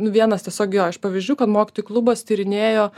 nu vienas tiesiog jo iš pavyzdžių kad mokytojų klubas tyrinėjo